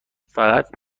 فقط